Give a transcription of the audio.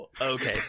Okay